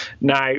Now